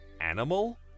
animal